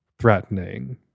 threatening